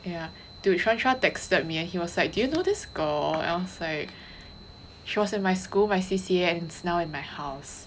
yeah dude shaun chua texted me and he was like do you know this girl I was like she was in my school my C_C_A and is now in my house